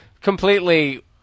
completely